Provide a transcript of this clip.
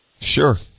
Sure